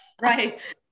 Right